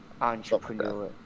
Entrepreneur